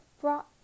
brought